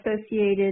associated